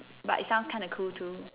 but it sounds kind of cool too